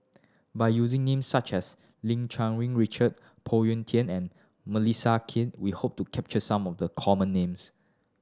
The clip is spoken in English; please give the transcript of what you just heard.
by using names such as Lim Cherng Yih Richard Phoon Yew Tien and Melissa Kwee we hope to capture some of the common names